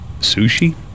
sushi